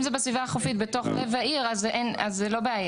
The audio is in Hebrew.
אם זה בסביבה החופית בתוך לב העיר אז אין בעיה.